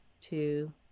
two